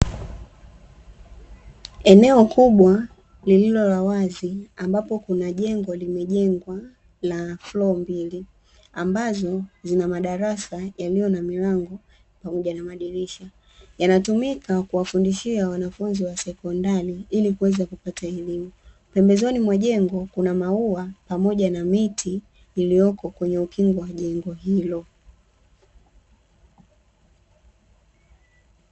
Eneo kubwa lililo la wazi, ambapo kuna jengo limejengwa la "floor" mbili; ambazo zina madarasa yaliyo na milango pamoja na madirisha. Yanatumika kuwafundishia wanafunzi wa sekondari ili kuweza kupata elimu. Pembezoni mwa jengo kuna maua pamoja na miti; iliyoko kwenye ukingo wa jengo hilo.